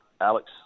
Alex